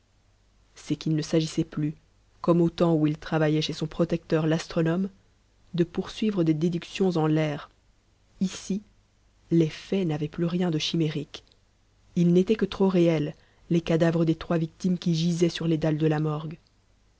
c'est qu'il ne s'agissait plus comme au temps où il travaillait chez son protecteur l'astronome de poursuivre des déductions en l'air ici les faits n'avaient plus rien de chimérique ils n'étaient que trop réels les cadavres des trois victimes qui gisaient sur les dalles de la morgue